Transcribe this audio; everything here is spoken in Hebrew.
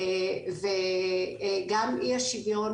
אי השוויון